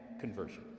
conversion